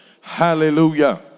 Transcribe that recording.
Hallelujah